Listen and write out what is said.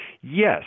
Yes